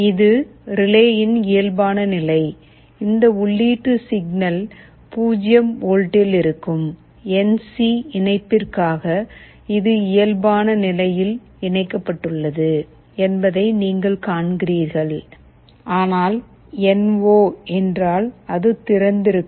இது ரிலேயின் இயல்பான நிலை இந்த உள்ளீட்டு சிக்னல் 0 வோல்ட்டில் இருக்கும் என் சி இணைப்பிற்காக இது இயல்பான நிலையில் இணைக்கப்பட்டுள்ளது என்பதை நீங்கள் காண்கிறீர்கள் ஆனால் NO என்றால் அது திறந்திருக்கும்